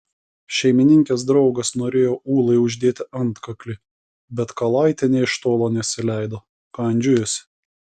šeimininkės draugas norėjo ūlai uždėti antkaklį bet kalaitė nė iš tolo nesileido kandžiojosi